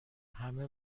همه